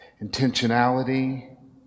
Intentionality